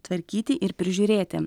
tvarkyti ir prižiūrėti